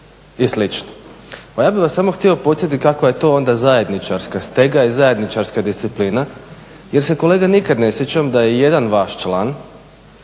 i slično. Pa ja bih vas samo htio podsjetiti kakva je to onda zajedničarska stega i zajedničarska disciplina jer se kolega nikad ne sjećam da je ijedan vaš član